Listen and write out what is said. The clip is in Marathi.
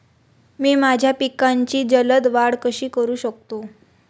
मी माझ्या पिकांची जलद वाढ कशी करू शकतो?